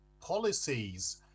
policies